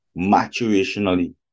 maturationally